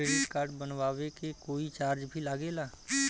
Credit card बनवावे के कोई चार्ज भी लागेला?